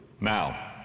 Now